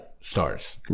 stars